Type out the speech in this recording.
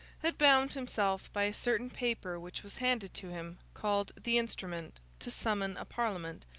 had bound himself by a certain paper which was handed to him, called the instrument to summon a parliament,